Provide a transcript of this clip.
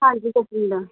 ਹਾਂਜੀ ਕੁਕਿੰਗ ਦਾ